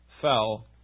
fell